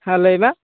ᱦᱮᱸ ᱞᱟᱹᱭ ᱢᱮ